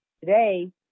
Today